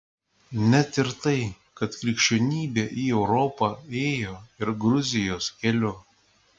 net ir tai kad krikščionybė į europą ėjo ir gruzijos keliu